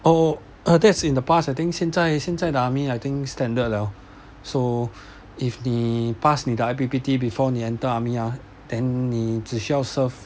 oh uh that's in the past I think 现在现在的 army I think standard liao so if 你 pass 你的 I_P_P_T before 你 enter army ah then 你只需要 serve